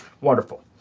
Wonderful